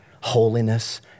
holiness